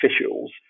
officials